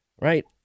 Right